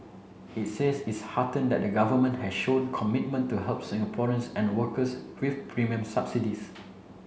it says it's heartened that the government has shown commitment to help Singaporeans and workers with premium subsidies